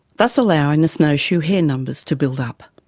thus allowing snowshoe hare numbers to build up.